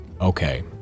okay